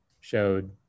showed